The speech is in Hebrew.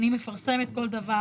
אני מפרסמת כל דבר.